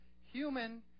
human